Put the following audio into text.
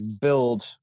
build